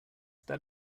that